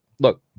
look